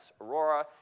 Aurora